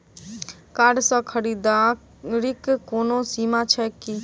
Card सँ खरीददारीक कोनो सीमा छैक की?